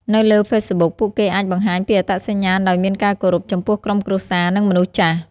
នៅលើ Facebook ពួកគេអាចបង្ហាញពីអត្តសញ្ញាណដោយមានការគោរព ចំពោះក្រុមគ្រួសារ និងមនុស្សចាស់។